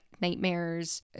nightmares